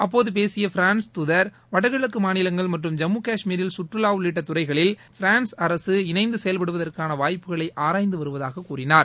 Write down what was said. அப்போது பேசிய பிரான்ஸ் துதர் வடகிழக்கு மாநிலங்கள் மற்றும் ஜம்மு காஷ்மீரில் சுற்றுவா உள்ளிட்ட துறைகளில் பிராள்ஸ் அரசு இணைந்து செயவ்படுவதற்கான வாய்ப்புகளை ஆராய்ந்து வருவதாக கூறினார்